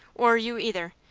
or you either.